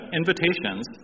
invitations